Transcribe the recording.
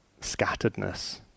scatteredness